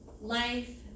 life